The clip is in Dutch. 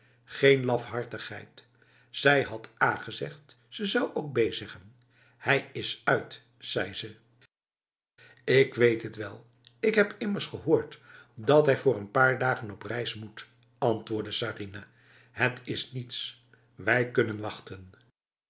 geen lafhartigheid zij had a gezegd ze zou ook b zeggen hij is uit zei ze ik weet het wel ik heb immers gehoord dat hij voor een paar dagen op reis moet antwoordde sarinah het is niets wij kunnen wachten